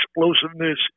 explosiveness